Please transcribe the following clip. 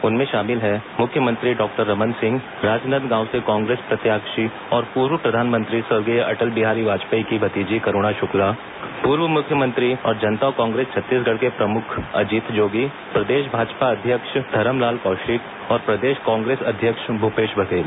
उनमें शामिल हैं मुख्यमंत्री डॉक्टर रमन सिंह राजनांदगांव से कांग्रेस प्रत्याक्षी और पूर्व प्रधानमंत्री स्वर्गीय अटल बिहारी वाजपेयी की भतीजी करूणा शुक्ला पूर्व मुख्यमंत्री और जनता कांग्रेस छत्तीसगढ़ के प्रमुख अजीत जोगी प्रदेश भाजपा अध्यक्ष धरमलाल कौशिक और प्रदेश कांग्रेस अध्यक्ष भूपेश बघेल